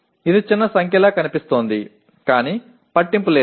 ఇది చిన్న సంఖ్యలా కనిపిస్తోంది కాని పట్టింపు లేదు